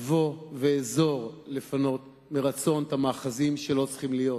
אבוא ואעזור לפנות מרצון את המאחזים שלא צריכים להיות,